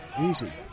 Easy